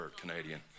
Canadian